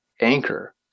anchor